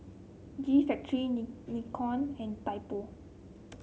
G Factory Ni Nixon and Typo